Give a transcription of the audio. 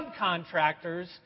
subcontractors